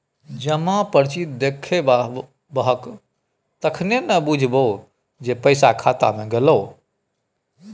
जमा पर्ची देखेबहक तखने न बुझबौ जे पैसा खाता मे गेलौ